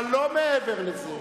אבל לא מעבר לזה.